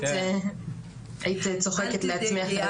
היית צוחקת לעצמך.